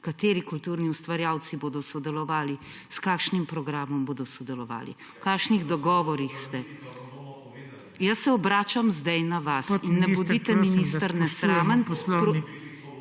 Kateri kulturni ustvarjalci bodo sodelovali, s kakšnim programom bodo sodelovali, v kakšnih dogovorih ste? / oglašanje iz ozadja/ Jaz se obračam zdaj na vas in ne bodite, minister, nesramni